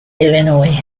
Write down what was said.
illinois